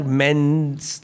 men's